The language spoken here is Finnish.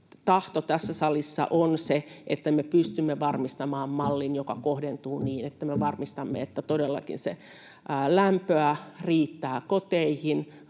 tahto tässä salissa on se, että me pystymme varmistamaan mallin, joka kohdentuu niin, että me varmistamme, että todellakin lämpöä riittää koteihin,